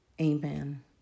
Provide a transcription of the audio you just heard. Amen